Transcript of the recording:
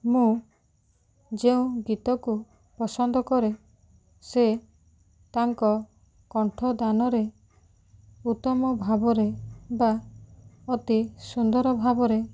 ମୁଁ ଯେଉଁ ଗୀତକୁ ପସନ୍ଦ କରେ ସେ ତାଙ୍କ କଣ୍ଠଦାନରେ ଉତ୍ତମ ଭାବରେ ବା ଅତି ସୁନ୍ଦର ଭାବରେ